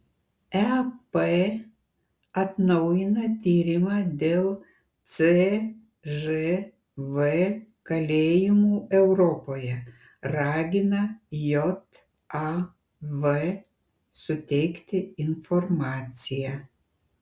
ep atnaujina tyrimą dėl cžv kalėjimų europoje ragina jav suteikti informaciją